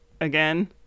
again